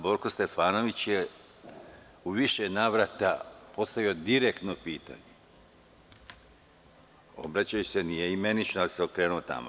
Borko Stefanović je u više navrata postavio direktno pitanje, obraćajući se, nije imenično, ali se okrenuo tamo.